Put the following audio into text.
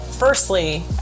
Firstly